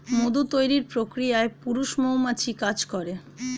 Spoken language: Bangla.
মধু তৈরির প্রক্রিয়ায় পুরুষ মৌমাছি কাজ করে